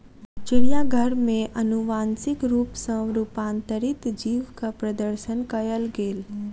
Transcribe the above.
चिड़ियाघर में अनुवांशिक रूप सॅ रूपांतरित जीवक प्रदर्शन कयल गेल